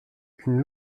une